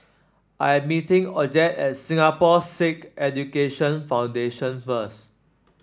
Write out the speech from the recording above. I am meeting Odette at Singapore Sikh Education Foundation first